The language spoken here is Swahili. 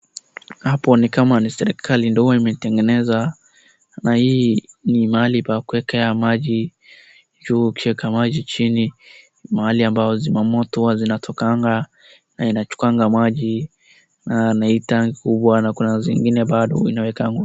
Hapo ni kama ni serikali ndo huwa imetengeneza. Na hii mahali pa kuekea maji. Juu ukieke maji chini mahali ambayo zimamoto huwa zinatokanga na inachukuanga maji na hii tangi kubwa. Kuna zingine bado inawekangwa.